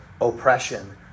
oppression